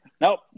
Nope